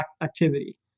activity